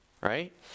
Right